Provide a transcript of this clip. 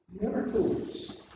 Miracles